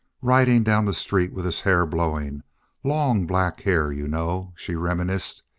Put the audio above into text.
riding down the street with his hair blowing long black hair, you know, she reminisced.